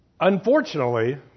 Unfortunately